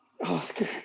Oscar